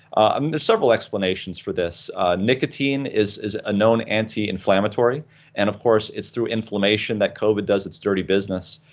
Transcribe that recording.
um there's several explanations for this nicotine is is a known anti-inflammatory and of course it's through inflammation that covid does its dirty business.